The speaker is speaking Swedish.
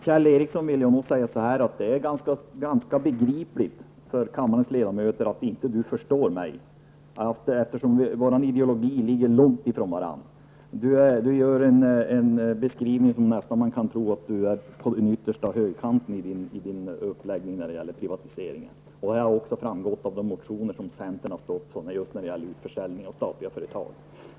Herr talman! Jag må säga att det är ganska begripligt för kammarens ledamöter om Kjell Ericsson inte förstår mig, eftersom våra ideologier ligger långt ifrån varandra. Kjell Ericsson ger en beskrivning som gör att man nästan tror att han är på den yttersta högerkanten när det gäller privatiseringar. Det har också framgått av de motioner som centern har väckt om utförsäljning av statliga företag.